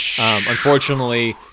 unfortunately